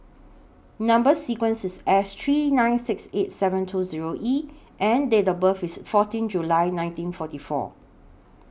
Number sequence IS S three nine six eight seven two Zero E and Date of birth IS fourteen July nineteen forty four